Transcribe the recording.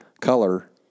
color